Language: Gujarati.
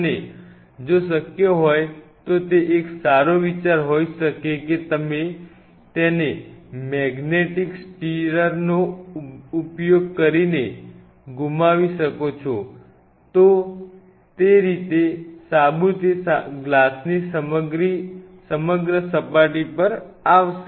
અને જો શક્ય હોય તો તે એક સારો વિચાર હોઈ શકે કે તમે તેને મેગ્નેટિક સ્ટિરર નો ઉપયોગ કરીને ઘૂમાવી શકો છો તો રીતે સાબુ તે ગ્લાસની સમગ્ર સપાટી પર આવ શે